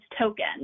token